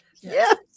Yes